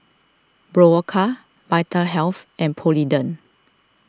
Berocca Vitahealth and Polident